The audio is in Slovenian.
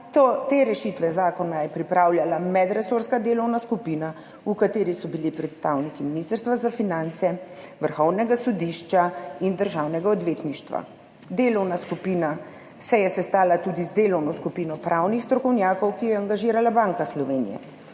te rešitve zakona je pripravljala medresorska delovna skupina, v kateri so bili predstavniki Ministrstva za finance, Vrhovnega sodišča in Državnega odvetništva. Delovna skupina se je sestala tudi z delovno skupino pravnih strokovnjakov, ki jo je angažirala Banka Slovenije,